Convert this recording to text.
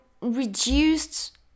reduced